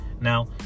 Now